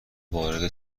وارد